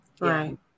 Right